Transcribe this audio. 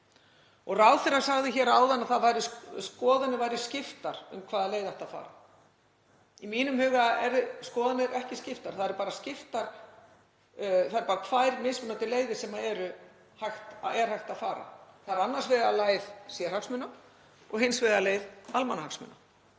Ráðherrann sagði hér áðan að skoðanir væru skiptar um hvaða leið ætti að fara. Í mínum huga eru skoðanir ekki skiptar, það eru bara tvær mismunandi leiðir sem er hægt að fara. Það er annars vegar leið sérhagsmuna og hins vegar leið almannahagsmuna.